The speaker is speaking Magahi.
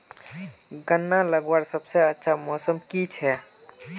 गन्ना लगवार सबसे अच्छा मौसम की छे?